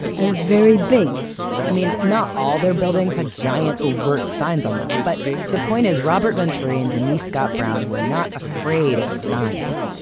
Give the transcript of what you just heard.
and it's very big i mean, not all their buildings had giant overt signs on them, but the point is, robert venturi and denise scott brown were not afraid of signs.